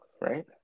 right